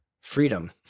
freedom